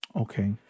Okay